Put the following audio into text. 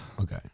Okay